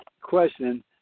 question